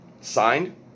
signed